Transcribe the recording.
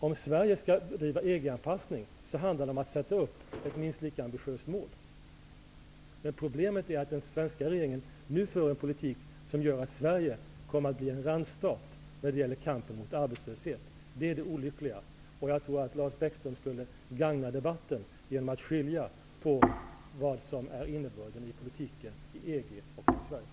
Om Sverige skall bedriva EG-anpassning handlar det om att sätta upp ett minst lika ambitiöst mål. Problemet är att den svenska regeringen nu för en politik som gör att Sverige kommer att bli en randstat när det gäller kampen mot arbetslöshet. Detta är det olyckliga. Jag tror att Lars Bäckström skulle gagna debatten genom att skilja på vad som är innebörden i politiken i EG och i Sverige.